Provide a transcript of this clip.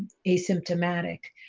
asymptomatic.